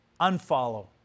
unfollow